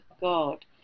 God